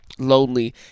lonely